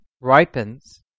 ripens